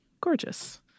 gorgeous